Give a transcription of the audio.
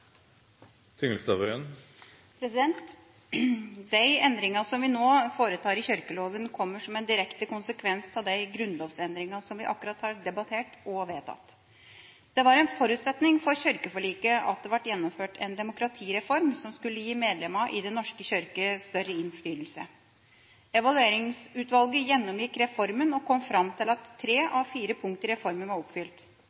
eget hus. De endringene som vi nå foretar i kirkeloven, kommer som en direkte konsekvens av de grunnlovsendringene som vi akkurat har debattert og vedtatt. Det var en forutsetning for kirkeforliket at det ble gjennomført en demokratireform som skulle gi medlemmene i Den norske kirke større innflytelse. Evalueringsutvalget gjennomgikk reformen og kom fram til at tre